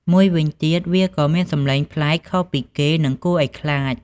មួយវិញទៀតវាក៏មានសំឡេងប្លែកខុសពីគេ និងគួរឱ្យខ្លាច។